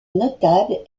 notable